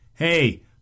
Hey